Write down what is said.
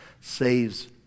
saves